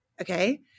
Okay